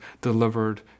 delivered